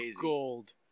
Gold